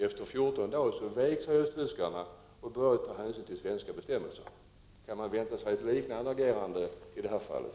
Efter 14 dagar vek sig östtyskarna och började ta hänsyn till svenska bestämmelser. Kan man vänta sig ett liknande agerande i det här fallet?